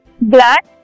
black